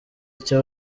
icyo